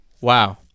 wow